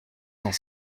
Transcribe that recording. cent